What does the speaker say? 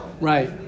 right